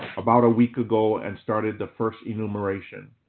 about a week ago and started the first enumeration.